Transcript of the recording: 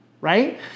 Right